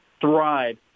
thrive